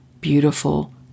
beautiful